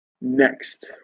Next